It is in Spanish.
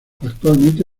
actualmente